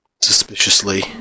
suspiciously